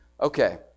Okay